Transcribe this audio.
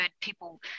people